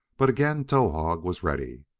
but again towahg was ready.